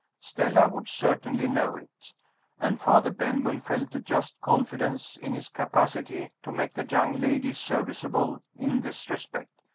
stella would certainly know it and father benwell felt a just confidence in his capacity to make the young lady serviceable, in this respect,